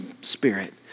Spirit